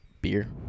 beer